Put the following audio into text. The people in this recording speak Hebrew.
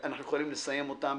אנחנו יכולים לסיים אותם